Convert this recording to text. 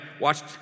watched